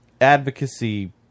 advocacy